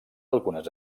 algunes